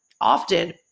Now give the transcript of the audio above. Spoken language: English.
often